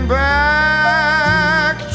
back